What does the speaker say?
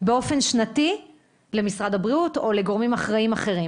באופן שנתי למשרד הבריאות או לגורמים אחראים אחרים?